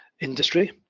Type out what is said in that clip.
industry